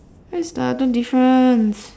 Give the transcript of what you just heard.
where's the other difference